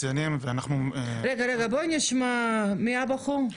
בואו נשמע, מי הבחור?